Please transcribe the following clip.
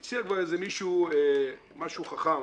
הציע כבר איזה מישהו משהו חכם.